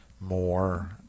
more